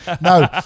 No